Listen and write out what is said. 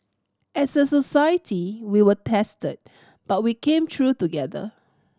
as a society we were tested but we came through together